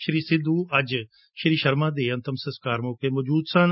ਸ੍ਰੀ ਸਿੱਧੁ ਅੱਜ ਡਾਕਟਰ ਸ਼ਰਮਾ ਦੇ ਅੰਤਮ ਸੰਸਕਾਰ ਮੌਕੇ ਮੌਜੁਦ ਸਨ